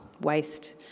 waste